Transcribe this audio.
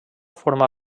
forma